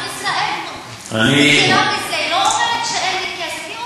גם ישראל מכירה בזה, היא לא אומרת: אין לי כסף.